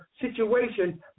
situation